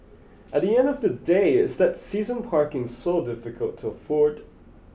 at the end of the day is that season parking so difficult to afford